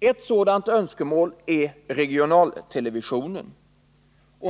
Ett sådant önskemål gäller regionaltelevisionen.